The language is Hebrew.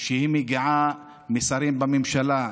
כשהיא מגיעה משרים בממשלה,